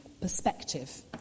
perspective